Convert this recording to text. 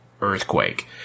earthquake